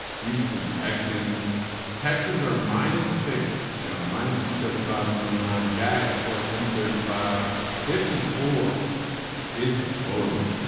houston texans texans are minus six, sean, minus two seventy five on the moneyline jags. plus two thirty five fifty four is the total